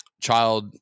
child